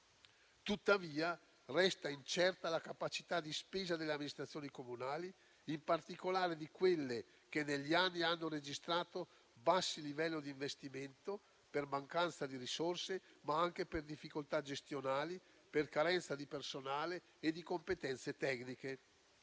Tuttavia, resta incerta la capacità di spesa delle amministrazioni comunali, in particolare di quelle che negli anni hanno registrato bassi livelli di investimento per mancanza di risorse, ma anche per difficoltà gestionali, per carenza di personale e di competenze tecniche;